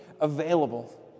available